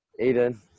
Eden